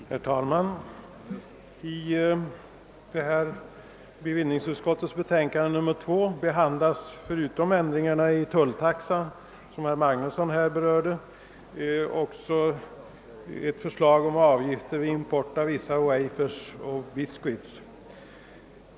Herr talman! I bevillningsutskottets betänkande nr 42 behandlas förutom de ändringar i tulltaxan som herr Magnusson i Borås här berörde också ett förslag om avgifter vid import av vissa wafers och biscuits.